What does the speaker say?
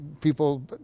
people